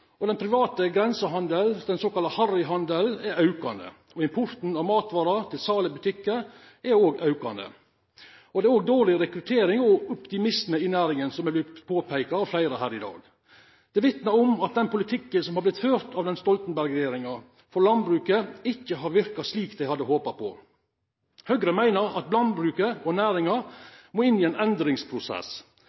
Den private grensehandelen – den såkalla harry-handelen – er aukande. Importen av matvarer til sal i butikkar er òg aukande. Det er òg dårleg rekruttering og optimisme i næringa, noko som har vorte påpeika av fleire her i dag. Det vitnar om at den landbrukspolitikken som har vorte ført av Stoltenberg-regjeringa, ikkje har verka slik dei hadde håpa. Høgre meiner at landbruket og næringa må inn i ein endringsprosess.